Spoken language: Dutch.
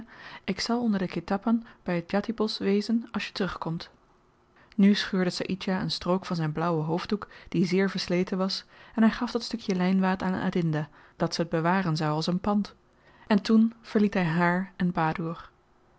ik zal onder den ketapan by het djatibosch wezen als je terugkomt nu scheurde saïdjah een strook van zyn blauwen hoofddoek die zeer versleten was en hy gaf dat stukje lynwaad aan adinda dat ze t bewaren zou als een pand en toen verliet hy haar en badoer